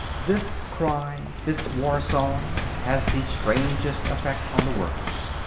this cry, this war-song, has the strangest effect on the workers.